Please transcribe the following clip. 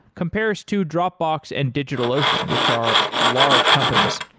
compares to dropbox and digitalocean, which are large companies.